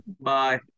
Bye